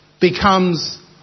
becomes